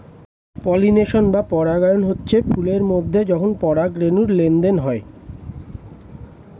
pollination বা পরাগায়ন হচ্ছে ফুল এর মধ্যে যখন পরাগ রেণুর লেনদেন হয়